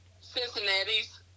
Cincinnati's